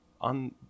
On